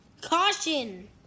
Caution